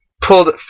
pulled